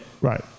Right